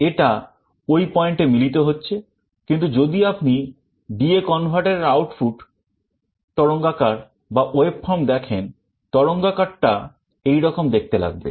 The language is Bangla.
এটা ওই পয়েন্টে দেখেন তরঙ্গাকারটা এই রকম দেখতে লাগবে